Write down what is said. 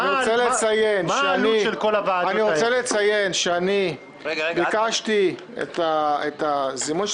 אני רוצה לציין שאני ביקשתי את הזימון של